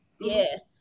Yes